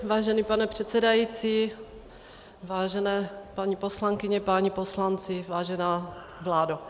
Vážený pane předsedající, vážené paní poslankyně, páni poslanci, vážená vládo.